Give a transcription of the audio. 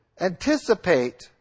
anticipate